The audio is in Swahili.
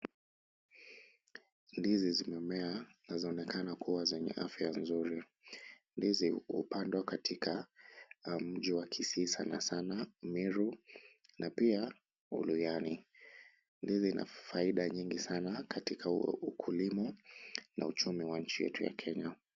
Ndizi zimemea na zaonekana kuwa zenye afya mzuri. Ndizi hupandwa katika mji wa Kisii sana sana na Meru na pia Uluhyani. Ndizi ina faida nyingi sana katika ukulima na uchumi wa nchi yetu ya Kenya.